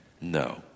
no